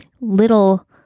little